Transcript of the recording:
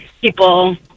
people